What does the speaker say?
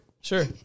Sure